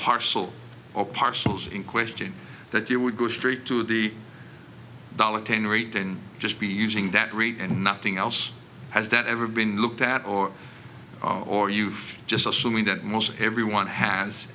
parcel or parcels in question that you would go straight to the dollar ten rate and just be using that rate and nothing else has that ever been looked at or or you've just assuming that most everyone has